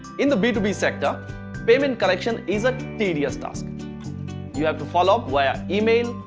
in the b two b sector payment collection is a tedious task you have to follow up via email,